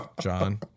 John